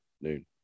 noon